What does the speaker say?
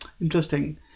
Interesting